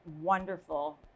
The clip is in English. wonderful